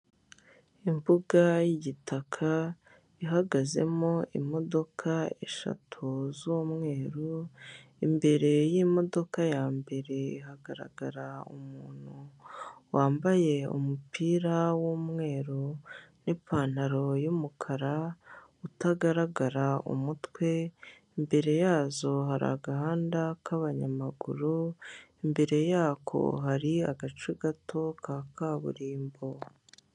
Imbuga y'igitaka, ihagazemo imodoka eshatu z'umweru, imbere y'imodoka ya mbere hahagaze umuntu wambaye umupira w'umweru n'ipantaro y'umukara utagaragara umutwe, imbere yazo hari agahanda k'abanyamaguru, imbere yako hari agace gato ka kaburimbo.